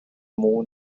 moon